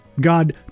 God